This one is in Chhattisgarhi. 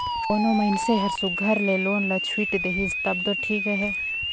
कोनो मइनसे हर सुग्घर ले लोन ल छुइट देहिस तब दो ठीक अहे